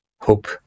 hope